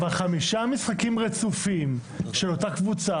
מה הבעיה עם חמישה משחקים רצופים של אותה קבוצה?